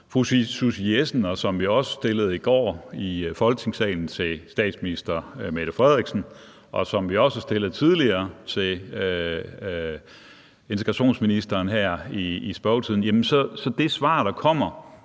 fru Susie Jessen, som vi også stillede i går i Folketingssalen til statsministeren, og som vi også har stillet tidligere til integrationsministeren her i spørgetiden, jamen så er det svar, der kommer,